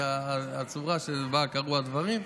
הצורה שבה קרו הדברים.